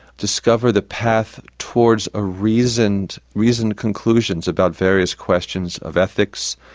discover the path towards a reasoned. reasoned conclusions about various questions of ethics,